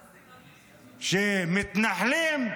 שמתנחלים,